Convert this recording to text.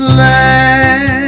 land